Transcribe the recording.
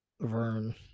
Vern